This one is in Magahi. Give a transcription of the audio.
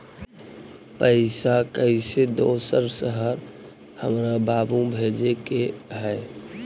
पैसा कैसै दोसर शहर हमरा बाबू भेजे के है?